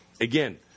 Again